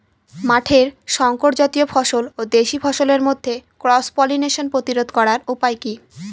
মাঠের শংকর জাতীয় ফসল ও দেশি ফসলের মধ্যে ক্রস পলিনেশন প্রতিরোধ করার উপায় কি?